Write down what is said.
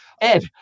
Ed